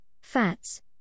fats